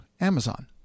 Amazon